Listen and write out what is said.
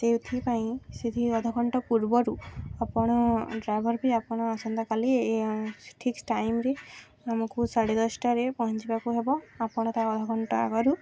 ସେଥିପାଇଁ ସେଠି ଅଧଘଣ୍ଟା ପୂର୍ବରୁ ଆପଣ ଡ୍ରାଇଭର୍ ବି ଆପଣ ଆସନ୍ତା କାଲି ଠିକ୍ ଟାଇମ୍ରେ ଆମକୁ ସାଢ଼େ ଦଶଟାରେ ପହଞ୍ଚିବାକୁ ହେବ ଆପଣ ତ ଅଧଘଣ୍ଟା ଆଗରୁ